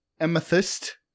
Amethyst